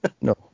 no